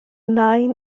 nain